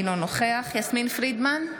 אינו נוכח יסמין פרידמן,